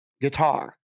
guitar